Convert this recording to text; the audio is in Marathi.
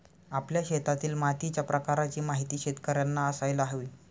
आपल्या शेतातील मातीच्या प्रकाराची माहिती शेतकर्यांना असायला हवी